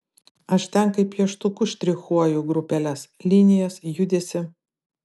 aš ten kaip pieštuku štrichuoju grupeles linijas judesį